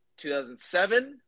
2007